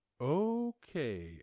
okay